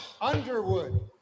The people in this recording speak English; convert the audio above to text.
Underwood